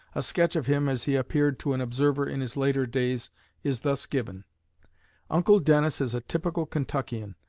a sketch of him as he appeared to an observer in his later days is thus given uncle dennis is a typical kentuckian,